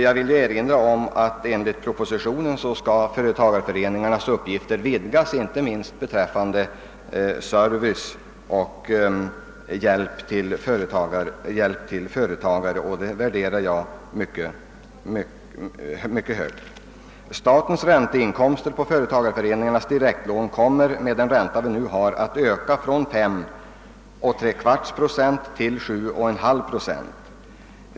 Jag vill erinra om att enligt propositionen skall företagareföreningarnas uppgifter vidgas inte minst beträffande service och hjälp till företagarna. Denna verksamhet måste få ett mycket högt värde. Statens ränteinkomster på företagareföreningarnas direktlån kommer med nuvarande ränta att öka från 534 procent till 774 procent.